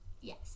yes